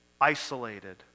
isolated